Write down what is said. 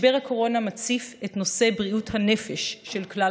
משבר הקורונה מציף את נושא בריאות הנפש של כלל